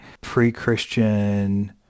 pre-Christian